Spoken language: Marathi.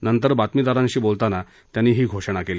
नंतर बातमीदारांशी बोलताना त्यांनी ही घोषणा केली